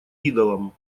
идолам